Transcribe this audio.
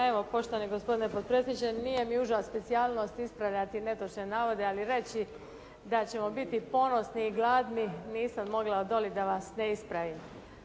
potpredsjedniče. Nije mi uža specijalnost ispravljati netočne navode ali reći da ćemo biti ponosni i gladni nisam mogla odoliti da vas ne ispravim.